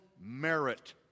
merit